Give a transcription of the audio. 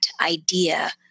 idea